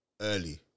Early